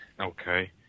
Okay